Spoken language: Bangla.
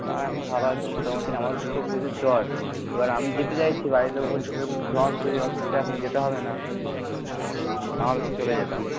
মা এখন ভালো আছে মোটামুটি আমার তো প্রচুর জ্বর এবার আমি যেতে চাইছি বাড়ির লোক বলছে তোর জ্বর শরীর অসুস্থ এখন যেতে হবে না না হলে চলে যেতাম